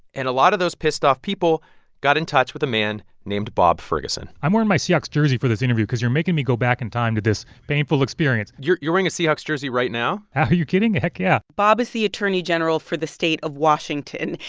and a lot of those pissed-off people got in touch with a man named bob ferguson i'm wearing my seahawks jersey for this interview because you're making me go back in time to this painful experience you're you're wearing a seahawks jersey right now? are you kidding? heck yeah bob is the attorney general for the state of washington.